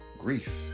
grief